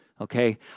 okay